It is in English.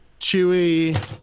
Chewie